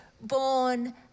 born